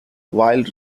while